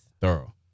thorough